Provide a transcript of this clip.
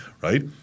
right